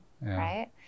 right